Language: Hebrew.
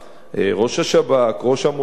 ראש המוסד,